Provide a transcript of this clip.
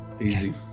Easy